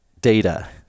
data